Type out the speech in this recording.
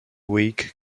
week